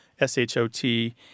S-H-O-T